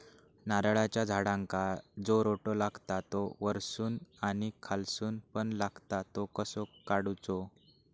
नारळाच्या झाडांका जो रोटो लागता तो वर्सून आणि खालसून पण लागता तो कसो काडूचो?